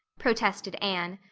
protested anne.